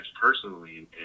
personally